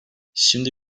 şimdi